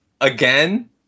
again